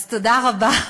אז תודה רבה.